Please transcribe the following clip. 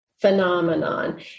phenomenon